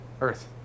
Earth